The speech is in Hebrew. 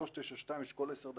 ב-392 יש כל 10 דקות,